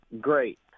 Great